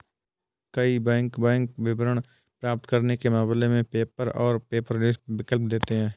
कई bank bank विवरण प्राप्त करने के मामले में पेपर और पेपरलेस विकल्प देते हैं